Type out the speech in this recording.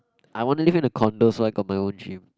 I wanna live in a condo so I got my own gym